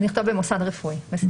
אז נכתוב במוסד רפואי, בסדר.